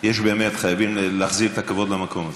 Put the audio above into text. באמת, חייבים להחזיר את הכבוד למקום הזה.